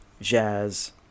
Jazz